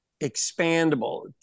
expandable